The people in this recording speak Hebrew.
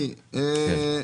בבקשה.